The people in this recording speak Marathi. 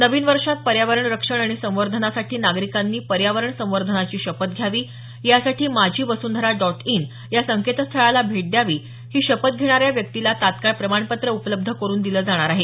नवीन वर्षात पर्यावरण रक्षण आणि संवर्धनासाठी नागरिकांनी पर्यावरण संवर्धनाची शपथ घ्यावी यासाठी माझी वसुंधरा डॉट इन या संकेतस्थळाला भेट द्यावी ही शपथ घेणाऱ्या व्यक्तीला तत्काळ प्रमाणपत्र उपलब्ध करून दिलं जाणार आहे